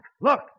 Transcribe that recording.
look